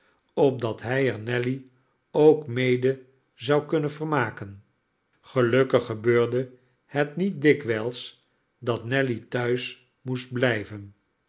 opdat hij er nelly ook mede zou kunnen vermaken gelukkig gebeurde het niet dikwijls dat nelly thuis moest blijven